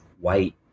white